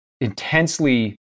intensely